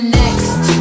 next